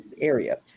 area